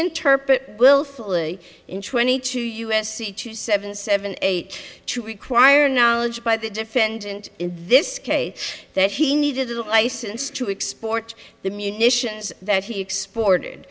interpret willfully in twenty two u s c two seven seven eight to require knowledge by the defendant in this case that he needed a license to export the munitions that he exported